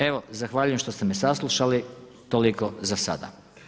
Evo zahvaljujem što ste me saslušali, toliko za sada.